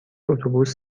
اتوبوس